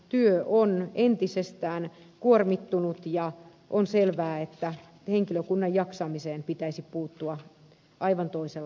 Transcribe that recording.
työ on entisestään kuormittunut ja on selvää että henkilökunnan jaksamiseen pitäisi puuttua aivan toisella tavalla